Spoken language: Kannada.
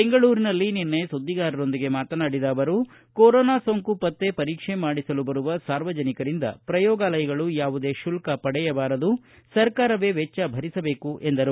ಬೆಂಗಳೂರಿನಲ್ಲಿ ನಿನ್ನೆ ಸುದ್ದಿಗಾರರೊಂದಿಗೆ ಮಾತನಾಡಿದ ಅವರು ಕೊರೋನಾ ಸೋಂಕು ಪತ್ತೆ ಪರೀಕ್ಷೆ ಮಾಡಿಸಲು ಬರುವ ಸಾರ್ವಜನಿಕರಿಂದ ಪ್ರಯೋಗಾಲಯಗಳು ಯಾವುದೇ ಶುಲ್ಕ ಪಡೆಯಬಾರದು ಸರ್ಕಾರವೇ ವೆಚ್ಚ ಭರಿಸಬೇಕು ಎಂದರು